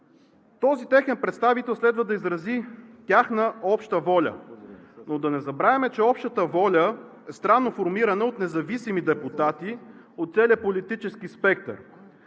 Този техен представител следва да изрази тяхната обща воля. Но да не забравяме, че общата воля е странно формирана от независими депутати от целия политически спектър.